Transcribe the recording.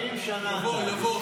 70 שנה --- יבוא, יבוא.